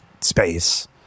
space